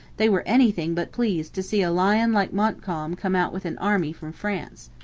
they were anything but pleased to see a lion like montcalm come out with an army from france.